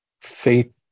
faith